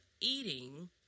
eating